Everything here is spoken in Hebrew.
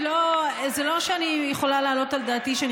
זה לא שאני יכולה להעלות על דעתי שאני